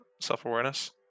self-awareness